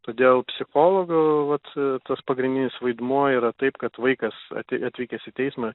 todėl psichologo vat tas pagrindinis vaidmuo yra taip kad vaikas at atvykęs į teismą